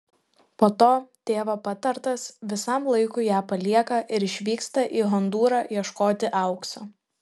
po to tėvo patartas visam laikui ją palieka ir išvyksta į hondūrą ieškoti aukso